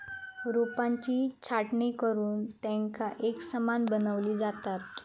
रोपांची छाटणी करुन तेंका एकसमान बनवली जातत